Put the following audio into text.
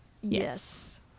Yes